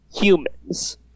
humans